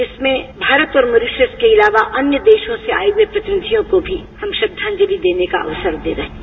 इसमें भारत और मॉरिसश के अलावा अन्य देशों से आए हुए प्रतिनिधियों को भी श्रद्वांजलि देने का अवसर दे रहे हैं